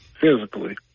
physically